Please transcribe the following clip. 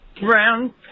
brown